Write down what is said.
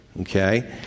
Okay